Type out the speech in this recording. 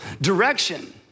Direction